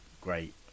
great